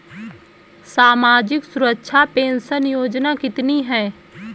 सामाजिक सुरक्षा पेंशन योजना कितनी हैं?